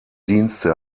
dienste